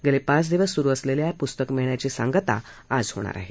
गेले पाच दिवस सुरु असलेल्या या पुस्तक मेळ्याची सांगता आज होणार आहे